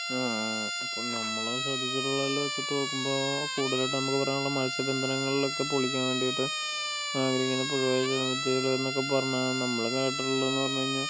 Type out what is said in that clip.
അപ്പോൾ നമ്മൾ ശ്രദ്ധിച്ചിട്ടുള്ളതിൽ വച്ചിട്ട് നോക്കുമ്പോൾ കൂടുതലായിട്ട് നമുക്ക് പറയാനുള്ളത് മത്സ്യ ബന്ധനങ്ങളിലൊക്കെ പൊളിക്കാൻ വേണ്ടിയിട്ട് ആഗ്രഹിക്കുന്ന വിദ്യകളെന്നൊക്കെ പറഞ്ഞാൽ നമ്മൾ കേട്ടിട്ടുള്ളതെന്നു പറഞ്ഞു കഴിഞ്ഞാൽ